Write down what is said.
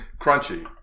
Crunchy